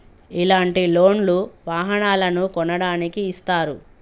ఇలాంటి లోన్ లు వాహనాలను కొనడానికి ఇస్తారు